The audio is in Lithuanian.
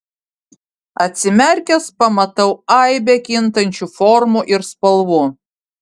atsimerkęs pamatau aibę kintančių formų ir spalvų